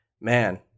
man